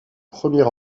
premier